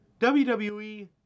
WWE